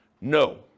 No